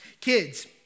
Kids